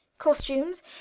costumes